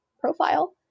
profile